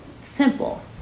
simple